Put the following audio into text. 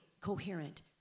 coherent